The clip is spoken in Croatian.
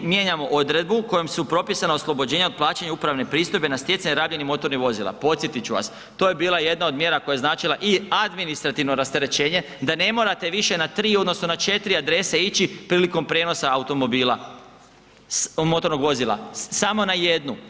mijenjamo odredbu kojom su propisana oslobođenja od plaćanja upravne pristojbe na stjecanje radnih i motornih vozila, posjetit ću vas, to je bila jedna od mjera koja je značila i administrativno rasterećenje da ne morate više na 3 odnosno na 4 adrese ići prilikom prijenosa automobila, motornog vozila, samo na jednu.